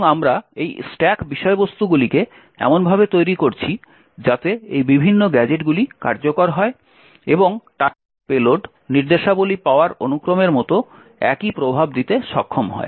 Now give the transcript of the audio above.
এবং আমরা এই স্ট্যাক বিষয়বস্তুগুলিকে এমনভাবে তৈরি করছি যাতে এই বিভিন্ন গ্যাজেটগুলি কার্যকর হয় এবং টার্গেট পেলোড নির্দেশাবলী পাওয়ার অনুক্রমের মতো একই প্রভাব দিতে সক্ষম হয়